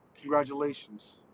Congratulations